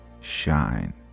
shine